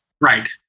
Right